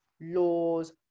laws